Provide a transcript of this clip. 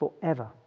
forever